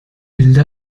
bilde